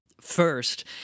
first